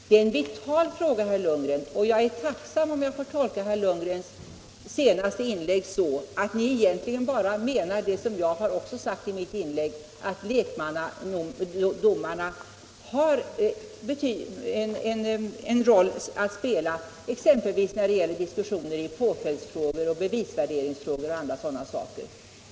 Det är en vital fråga, herr Lundgren, och jag är tacksam om jag får tolka herr Lundgrens senaste inlägg så att ni egentligen bara menar det även jag sagt i mitt inlägg, nämligen att lekmannadomarna har en roll att spela, exempelvis när det gäller diskussioner i påföljdsfrågor, bevisvärderingsfrågor och andra sådana saker.